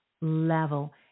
level